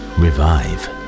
revive